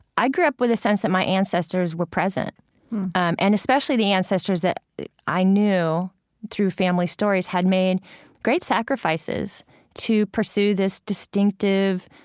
i grew up with the sense that my ancestors were present and especially the ancestors that i knew through family stories had made great sacrifices to pursue this distinctive,